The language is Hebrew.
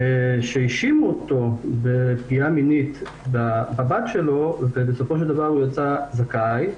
שהאשימו אותו בפגיעה מינית בבת שלו ובסופו של דבר הוא יצא זכאי,